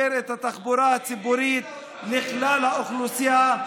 את התחבורה הציבורית לכלל האוכלוסייה,